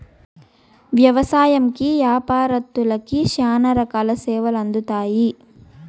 వ్యవసాయంకి యాపారత్తులకి శ్యానా రకాల సేవలు అందుతాయి